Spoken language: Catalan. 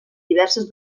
diverses